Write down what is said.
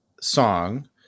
song